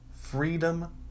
freedom